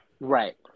Right